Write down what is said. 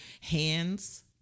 hands